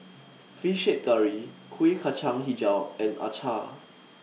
Fish Head Curry Kuih Kacang Hijau and Acar